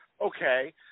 okay –